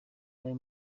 aya